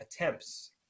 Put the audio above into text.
attempts